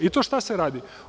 I tu šta se radi?